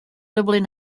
dublin